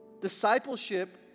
Discipleship